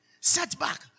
setback